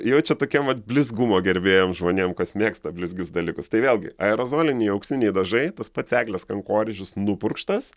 jau čia tokiem vat blizgumo gerbėjam žmonėm kas mėgsta blizgius dalykus tai vėlgi aerozoliniai auksiniai dažai tas pats eglės kankorėžis nupurkštas